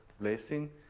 blessing